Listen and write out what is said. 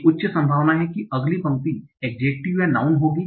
एक उच्च संभावना है कि अगली पंक्ति एड्जेक्टिव या नाऊन होगी